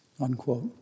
unquote